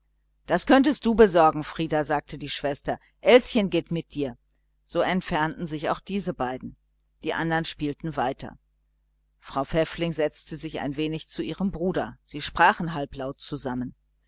das könntest du besorgen frieder sagte die schwester elschen geht mit dir so entfernten sich auch diese beiden die andern spielten weiter frau pfäffling setzte sich ein wenig zu ihrem bruder sie sprachen halblaut zusammen